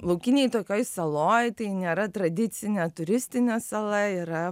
laukinėj tokioj saloj tai nėra tradicinė turistinė sala yra